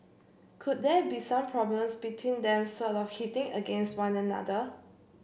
could there be some problems between them sort of hitting against one another